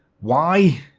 why?